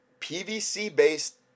PVC-based